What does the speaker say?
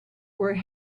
were